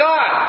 God